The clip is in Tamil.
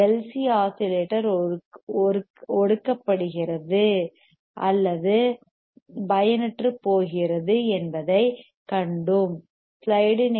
சி ஆஸிலேட்டர் ஒடுக்கப்படுகிறது அல்லது பயனற்றுப்போகிறது என்பதைக் கண்டோம்